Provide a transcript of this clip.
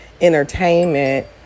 entertainment